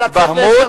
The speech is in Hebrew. לא תגיד התבהמות,